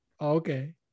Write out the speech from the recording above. okay